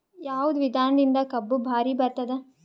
ಯಾವದ ವಿಧಾನದಿಂದ ಕಬ್ಬು ಭಾರಿ ಬರತ್ತಾದ?